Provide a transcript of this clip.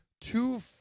two